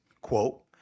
quote